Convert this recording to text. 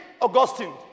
Augustine